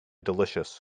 delicious